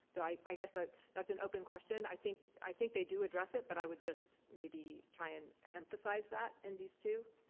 so i i guess ah that's an open question. i think i think they do address it, but i would just maybe try and emphasize that in these two.